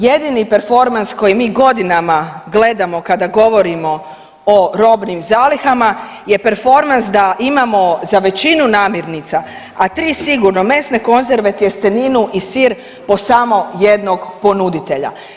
Jedini performans koji mi godinama gledamo kada govorimo o robnim zalihama je performans da imamo za većinu namirnica, a tri sigurno, mesne konzerve, tjesteninu i sir po samo jednog ponuditelja.